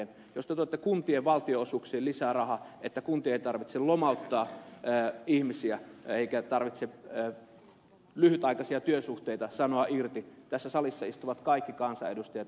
jos te tuotte kuntien valtionosuuksiin lisää rahaa niin että kuntien ei tarvitse lomauttaa ihmisiä eikä tarvitse lyhytaikaisia työsuhteita sanoa irti tässä salissa istuvat kaikki kansanedustajat